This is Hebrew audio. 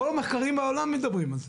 כל המחקרים בעולם מדברים על זה.